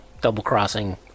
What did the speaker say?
double-crossing